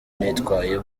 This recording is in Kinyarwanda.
nitwaye